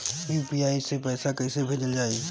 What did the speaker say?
UPI से पैसा कइसे भेजल जाई?